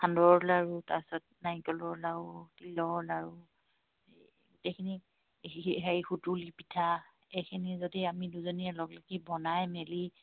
সান্দহৰ লাড়ু তাৰপিছত নাৰিকলৰ লাডু তিলৰ লাড়ু গোটেইখিনি হেৰি সুতুলি পিঠা এইখিনি যদি আমি দুয়োজনীয়ে লগলাগি বনাই মেলি